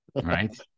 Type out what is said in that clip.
Right